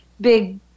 big